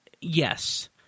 yes